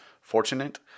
fortunate